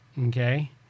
Okay